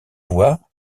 voix